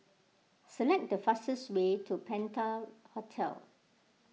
select the fastest way to Penta Hotel